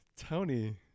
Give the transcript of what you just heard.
Tony